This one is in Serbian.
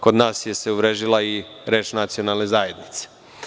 Kod nas se uvrežila i reč nacionalne zajednice.